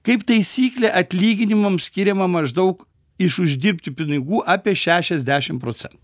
kaip taisyklė atlyginimam skiriama maždaug iš uždirbti pinigų apie šešiasdešim procen